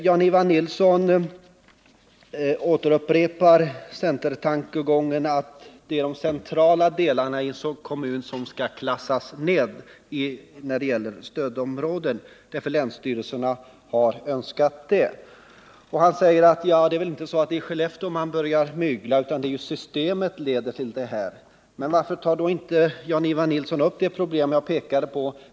Jan-Ivan Nilsson upprepar centertankegången att det är de centrala delarna i en kommun som skall klassas ned när det gäller stödområden, eftersom länsstyrelserna i något fall har önskat det. Han säger att det är väl inte i Skellefteå man börjar mygla, utan det är systemet som leder till det. Men varför tar inte Jan-Ivan Nilsson upp det problem jag pekade på?